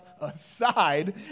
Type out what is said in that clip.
aside